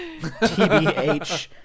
TBH